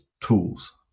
tools